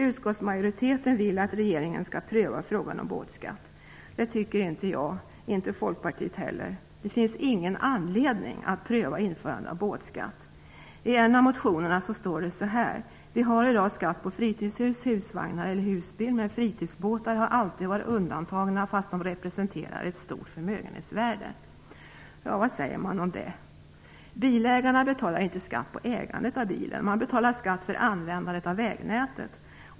Utskottsmajoriteten vill att regeringen skall pröva frågan om båtskatt. Det tycker inte jag, inte Folkpartiet heller. Det finns ingen anledning att pröva införande av båtskatt. I en av motionerna står det: Vi har i dag skatt på fritidshus, husvagnar eller husbil men fritidsbåtar har alltid varit undantagna fast de representerar ett stort förmögenhetsvärde. Vad säger man om det? Bilägarna betalar inte skatt på ägandet av bilen. Man betalar skatt för användandet av vägnätet.